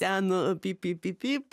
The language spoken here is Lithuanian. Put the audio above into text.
ten pyp pyp pyp pyp